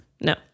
no